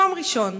מקום ראשון.